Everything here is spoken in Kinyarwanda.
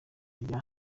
rya